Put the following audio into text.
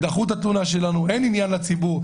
דחו את התלונה שלנו, אין עניין לציבור.